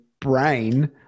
brain